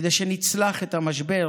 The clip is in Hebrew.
כדי שנצלח את המשבר